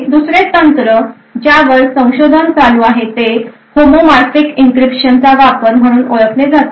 दुसरे तंत्र ज्यावर संशोधन चालू आहे ते होमोमोर्फिक इंक्रीप्शन चा वापर म्हणून ओळखले जाते